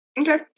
Okay